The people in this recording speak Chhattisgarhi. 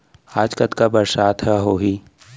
आज कतका बरसात ह होही?